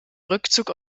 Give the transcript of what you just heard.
rückzug